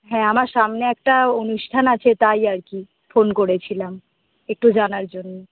হ্যাঁ আমার সামনে একটা অনুষ্ঠান আছে তাই আর কি ফোন করেছিলাম একটু জানার জন্য